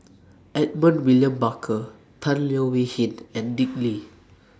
Edmund William Barker Tan Leo Wee Hin and Dick Lee